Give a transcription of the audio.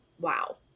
wow